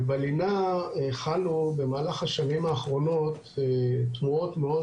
בלינה חלו במהלך השנים האחרונות תנועות מאוד